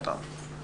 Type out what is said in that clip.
שבחנתם אותם.